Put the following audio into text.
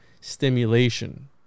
stimulation